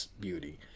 beauty